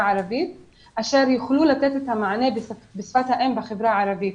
הערבית אשר יוכלו לתת את המענה בשפת האם בחברה הערבית.